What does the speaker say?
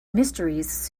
mysteries